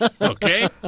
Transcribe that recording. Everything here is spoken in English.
okay